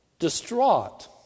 Distraught